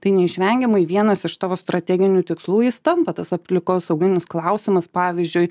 tai neišvengiamai vienas iš tavo strateginių tikslų jis tampa tas aplikosauginius klausimas pavyzdžiui